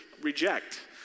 reject